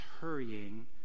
hurrying